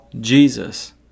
Jesus